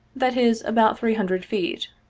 that is, about three hundred feet.